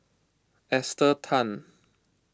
Esther Tan